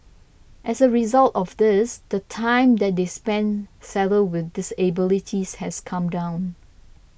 as a result of this the time that they spend saddled with disabilities has come down